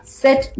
set